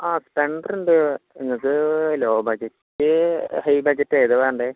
ആ സ്പ്ലെൻഡർ ഉണ്ട് നിങ്ങൾക്ക് ലോ ബഡ്ജറ്റ് ഹൈ ബഡ്ജറ്റ് ഏതാണ് വേണ്ടത്